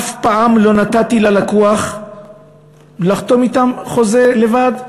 אף פעם לא נתתי ללקוח לחתום אתם חוזה לבד.